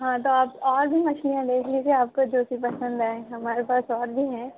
ہاں تو آپ اور بھی مچھلیاں دیکھ لیجیے آپ کو جو بھی پسند آئیں ہمارے پاس اور بھی ہیں